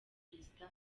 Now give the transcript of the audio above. perezida